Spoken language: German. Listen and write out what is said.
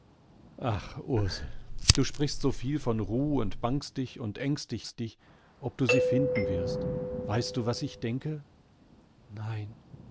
ursel du sprichst so viel von ruh und bangst dich und ängstigst dich ob du sie finden wirst weißt du was ich denke nein